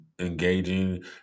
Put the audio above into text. engaging